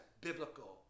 biblical